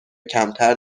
کمتر